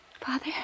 Father